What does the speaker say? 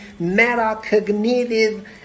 metacognitive